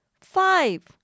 five